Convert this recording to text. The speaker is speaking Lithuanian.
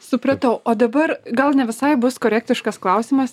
supratau o dabar gal ne visai bus korektiškas klausimas